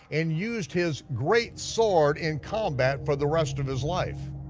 and used his great sword in combat for the rest of his life.